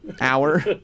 Hour